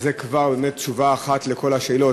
זו כבר באמת תשובה אחת על כל השאלות.